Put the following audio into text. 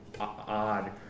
odd